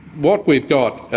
what we've got,